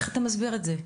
איך אתה מסביר את זה?